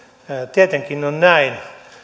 tietenkin on näin